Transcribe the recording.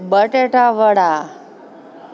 બટેટાવડા